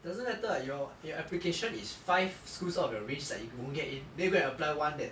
doesn't matter [what] your your application is five schools out of your range that you won't get in then you go and apply one that